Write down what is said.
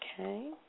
Okay